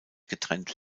getrennt